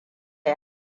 yi